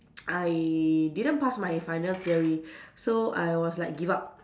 I didn't pass my final theory so I was like give up